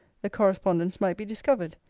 the correspondence might be discovered.